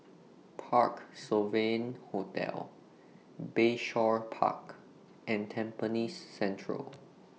Parc Sovereign Hotel Bayshore Park and Tampines Central